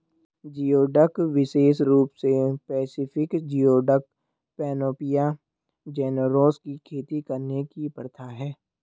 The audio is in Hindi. जियोडक विशेष रूप से पैसिफिक जियोडक, पैनोपिया जेनेरोसा की खेती करने की प्रथा है